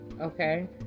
okay